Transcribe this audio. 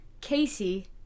Casey